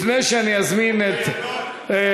לפני שאני אזמין את יושב-ראש,